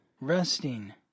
Resting